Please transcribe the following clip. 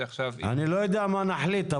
אני לא יודע מה נחליט,